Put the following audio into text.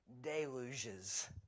deluges